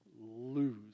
lose